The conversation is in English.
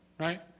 right